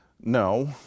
No